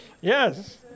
Yes